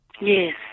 Yes